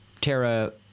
Tara